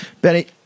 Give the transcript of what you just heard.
Benny